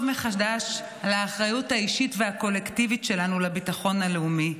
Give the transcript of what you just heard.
מחדש על האחריות האישית והקולקטיבית שלנו לביטחון הלאומי.